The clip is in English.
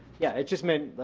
yeah it just meant,